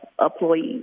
employees